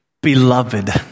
beloved